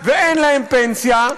ואין להם פנסיה,